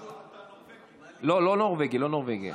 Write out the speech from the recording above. --- נורבגי --- לא, לא נורבגי, לא נורבגי.